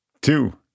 two